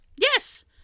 Yes